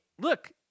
look